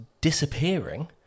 disappearing